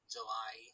July